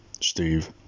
Steve